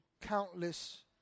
countless